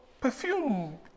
perfume